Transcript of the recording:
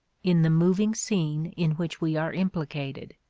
in the moving scene in which we are implicated.